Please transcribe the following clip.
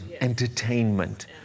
entertainment